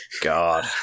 God